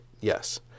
yes